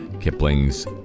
Kipling's